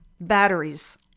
Batteries